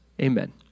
Amen